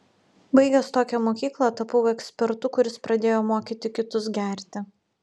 baigęs tokią mokyklą tapau ekspertu kuris pradėjo mokyti kitus gerti